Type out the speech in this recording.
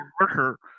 worker